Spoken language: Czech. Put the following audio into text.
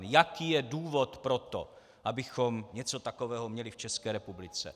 Jaký je důvod pro to, abychom něco takového měli v České republice?